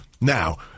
Now